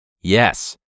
Yes